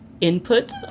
input